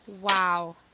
Wow